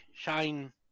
Shine